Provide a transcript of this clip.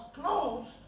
closed